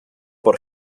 por